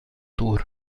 tour